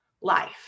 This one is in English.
life